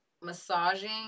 massaging